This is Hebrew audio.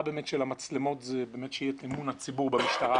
באמת של המצלמות זה שיהיה אמון הציבור במשטרה,